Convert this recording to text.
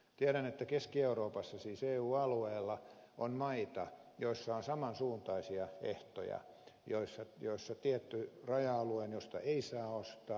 tiedän että keski euroopassa siis eu alueella on maita joissa on saman suuntaisia ehtoja joissa on tietty raja alue josta ei saa ostaa